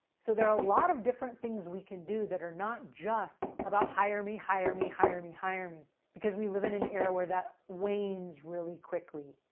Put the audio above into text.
so there are a lot of different things we could do that are not just about hire me, hire me, hire me, hire me because we live in an era where that wanes really quickly.